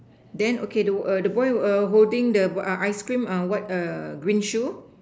then okay the err the boy err holding the uh ice cream uh what err green shoe